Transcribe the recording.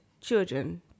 children